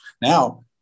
Now